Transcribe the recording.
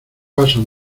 paso